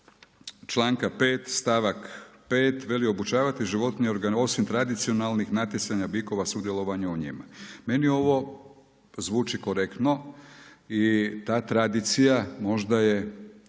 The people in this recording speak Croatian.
članka 5. stavak 5. veli obučavati životinje osim tradicionalnih natjecanja bikova, sudjelovanju u njima. Meni ovo zvuči korektno i ta tradicija možda je